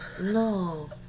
No